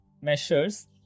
measures